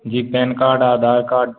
ji PAN card Aadhaar card